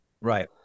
Right